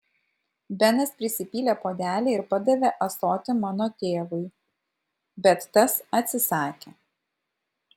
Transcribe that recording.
benas prisipylė puodelį ir padavė ąsotį mano tėvui bet tas atsisakė